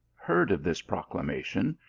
heard of this proclamation,